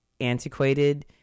antiquated